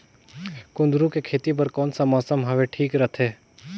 कुंदूरु के खेती बर कौन सा मौसम हवे ठीक रथे?